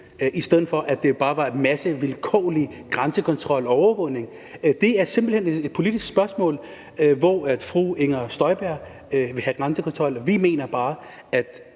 i stedet for kun at bruge dem på en vilkårlig grænsekontrol og overvågning. Det er simpelt hen et politisk spørgsmål. Fru Inger Støjberg vil have grænsekontrol, og vi mener,